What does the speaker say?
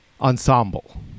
ensemble